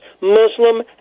Muslim